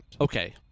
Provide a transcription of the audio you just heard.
Okay